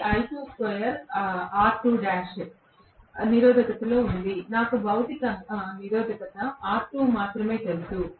అది నిరోధకత లో ఉంది నాకు భౌతికంగా నిరోధకత R2 మాత్రమే తెలుసు